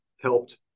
helped